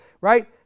right